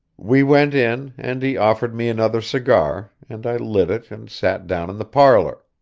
we went in, and he offered me another cigar, and i lit it and sat down in the parlour.